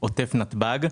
עוטף נתב"ג.